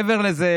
מעבר לזה,